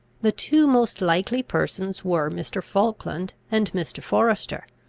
the two most likely persons were mr. falkland and mr. forester.